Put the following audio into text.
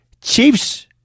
Chiefs